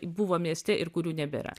buvo mieste ir kurių nebėra